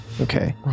Okay